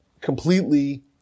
completely